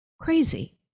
crazy